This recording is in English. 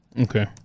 okay